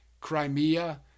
Crimea